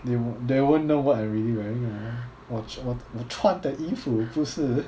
they they won't know what I'm really wearing ah 我我我穿的衣服不是